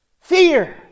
Fear